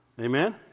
Amen